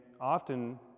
often